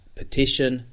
petition